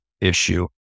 issue